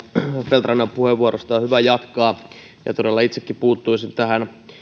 feldt rannan puheenvuorosta on hyvä jatkaa todella itsekin puuttuisin tähän